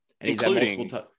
including